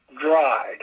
dried